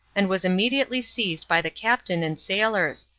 and was immediately seized by the captain and sailors,